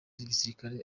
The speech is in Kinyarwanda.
w’igisirikare